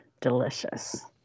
delicious